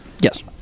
yes